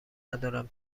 ندارم